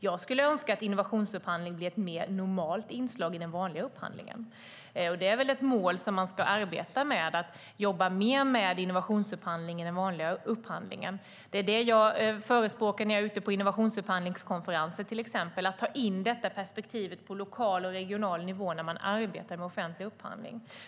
Jag skulle önska att innovationsupphandling blev ett mer normalt inslag i den vanliga upphandlingen. Det är väl ett mål som man ska arbeta med, att jobba mer med innovationsupphandling i den vanliga upphandlingen. Det är det jag förespråkar när jag är ute på till exempel innovationsupphandlingskonferenser, att ta in detta perspektiv på lokal och regional nivå när man arbetar med offentlig upphandling.